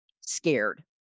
scared